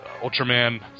Ultraman